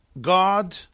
God